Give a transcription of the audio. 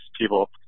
people